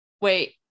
wait